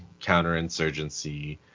counterinsurgency